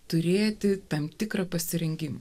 turėti tam tikrą pasirengimą